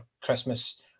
Christmas